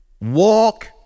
walk